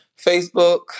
Facebook